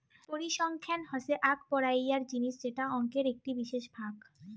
পরিসংখ্যান হসে আক পড়াইয়ার জিনিস যেটা অংকের একটি বিশেষ ভাগ